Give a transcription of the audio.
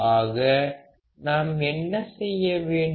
ஆக நாம் என்ன செய்ய வேண்டும்